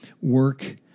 work